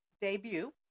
debut